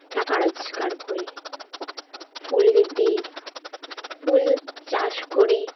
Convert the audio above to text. টাকা রোজগার করে ফুলদের দিয়ে ফুল চাষ করে